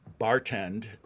bartend